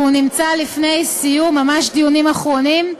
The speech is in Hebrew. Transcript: והוא נמצא לפני סיום, ממש דיונים אחרונים,